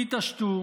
תתעשתו.